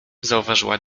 zauważyła